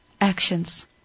actions